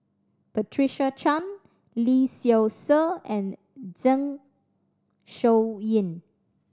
Patricia Chan Lee Seow Ser and Zeng Shouyin